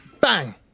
BANG